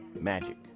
Magic